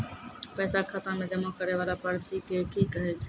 पैसा खाता मे जमा करैय वाला पर्ची के की कहेय छै?